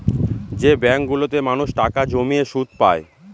যে ব্যাঙ্কগুলোতে মানুষ টাকা জমিয়ে সুদ পায়